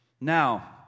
Now